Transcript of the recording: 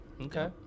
Okay